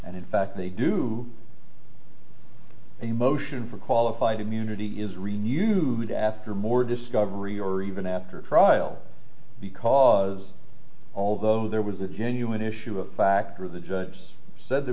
and in fact they do a motion for qualified immunity is renewed after more discovery or even after a trial because although there was a genuine issue a factor the judge said there